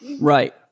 Right